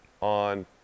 on